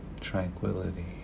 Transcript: tranquility